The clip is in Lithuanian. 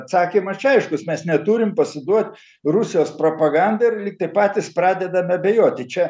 atsakymas čia aiškus mes neturim pasiduot rusijos propagandai ir lygtai patys pradedam abejoti čia